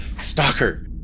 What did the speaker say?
Stalker